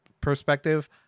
perspective